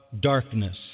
darkness